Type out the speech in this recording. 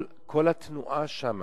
כל התנועה שם